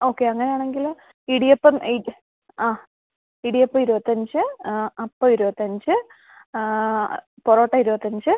okay അങ്ങനെയാണെങ്കിൽ ഇടിയപ്പം ആ ഇടിയപ്പം ഇരുപത്തിയഞ്ച് അപ്പം ഇരുപത്തിയഞ്ച് പൊറോട്ട ഇരുപത്തിയഞ്ച്